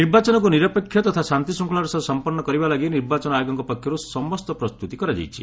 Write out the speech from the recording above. ନିର୍ବାଚନକୁ ନିରପେକ୍ଷ ତଥା ଶାନ୍ତିଶୃଙ୍ଖଳାର ସହ ସମ୍ପନ୍ଧ କରିବା ଲାଗି ନିର୍ବାଚନ ଆୟୋଗଙ୍କ ପକ୍ଷରୁ ସମସ୍ତ ପ୍ରସ୍ତୁତି କରାଯାଇଛି